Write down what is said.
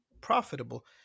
profitable